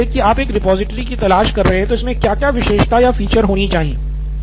मान लीजिए कि आप एक रिपॉजिटरी की तलाश कर रहे हैं तो इसमें क्या क्या विशेषताएं या फ़ीचर होनी चाहिए